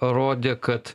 rodė kad